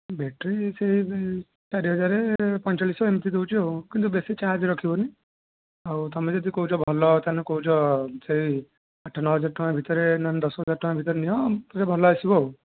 battery ସେ ଚାରିହଜାର ପଇଁଚାଳିଶ ଏମିତି ଦେଉଛି ଆଉ କିନ୍ତୁ ବେଶୀ ଚାର୍ଜ ରଖିବନି ଆଉ ତୁମେ ଯଦି କହୁଛ ଭଲ ତାହେଲେ କହୁଛ ସେଇ ଆଠ ନଅହଜାର ଟଙ୍କା ଭିତରେ ନ ହେଲେ ଦଶହଜାର ଭିତରେ ନିଅ ଭଲ ଆସିବ